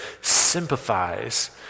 sympathize